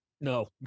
No